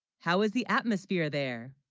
how is the atmosphere there?